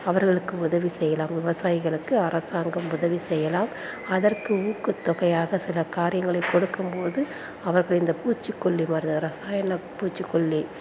அவர்களுக்கு உதவி செய்யலாம் விவசாயிகளுக்கு அரசாங்கம் உதவி செய்யலாம் அதற்கு ஊக்கத்தொகையாக சில காரியங்களை கொடுக்கும்போது அவர்கள் இந்த பூச்சிக்கொல்லி மருந்து ரசாயன பூச்சிக்கொல்லி